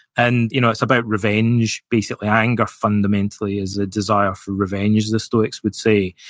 and you know it's about revenge, basically, anger, fundamentally, is a desire for revenge, the stoics would say.